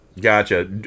Gotcha